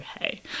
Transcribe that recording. hey